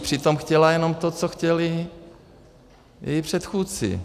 Přitom chtěla jenom to, co chtěli její předchůdci.